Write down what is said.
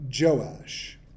Joash